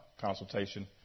consultation